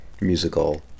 musical